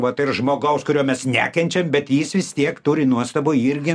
vat ir žmogaus kurio mes nekenčiam bet jis vis tiek turi nuostabų irgi